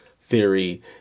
theory